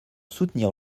soutenir